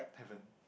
haven't